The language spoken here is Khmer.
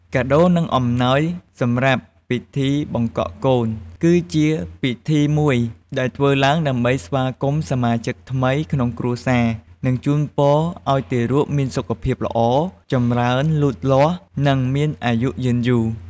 កាដូ និង អំណោយសម្រាប់ពិធីបង្កក់កូន គឺជាពិធីមួយដែលធ្វើឡើងដើម្បីស្វាគមន៍សមាជិកថ្មីក្នុងគ្រួសារ និងជូនពរឲ្យទារកមានសុខភាពល្អ ចម្រើនលូតលាស់ និងមានអាយុយឺនយូរ។